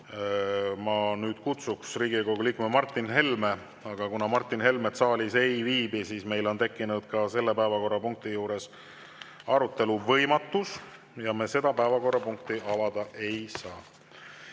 kõnetooli Riigikogu liikme Martin Helme. Aga kuna Martin Helmet saalis ei viibi, siis meil on tekkinud ka selle päevakorrapunkti arutelu võimatus ja me selle päevakorrapunkti arutelu avada ei saa.